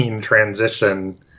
transition